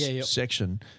section